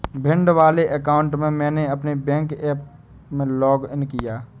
भिंड वाले अकाउंट से मैंने अपने बैंक ऐप में लॉग इन किया